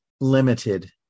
limited